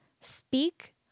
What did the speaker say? Speak